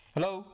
Hello